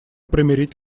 примирить